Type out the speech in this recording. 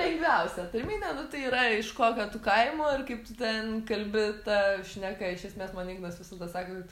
lengviausia tarminė nu tai yra iš kokio tu kaimo ir kaip tu ten kalbi ta šneka iš esmės man ignas visada sako kad